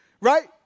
Right